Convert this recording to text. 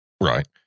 Right